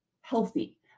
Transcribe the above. healthy